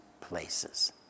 places